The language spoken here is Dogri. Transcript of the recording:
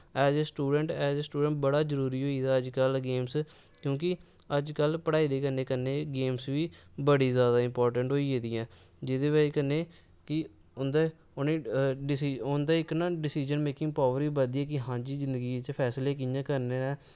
as a student as a student बड़ा जरूरी होई गेदा अजकल्ल गेम्स क्योंकि अजकल्ल पढ़ाई दे कन्नै कन्नै गेम्स बी बड़ी जैदा इंपार्टैंट होई गेदी ऐ जेह्दी बजह् कन्नै कि उं'दा इक ना डसिज़न मेकिंग पावर बधदी ऐ कि हां जी जिन्दगी च फैसले कि'यां करने न